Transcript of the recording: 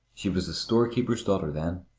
she was a storekeeper's daughter then.